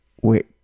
Wait